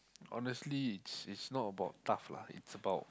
honestly it's it's not about tough lah it's about